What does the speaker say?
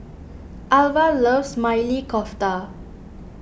Alvah loves Maili Kofta